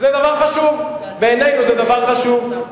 בעינינו זה דבר חשוב.